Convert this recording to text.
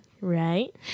Right